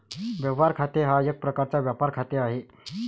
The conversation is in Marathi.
व्यवहार खाते हा एक प्रकारचा व्यापार खाते आहे